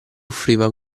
offriva